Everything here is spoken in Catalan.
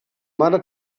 mare